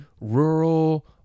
rural